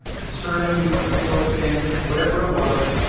the sermon we went to go attend. whatever it was,